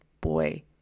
boy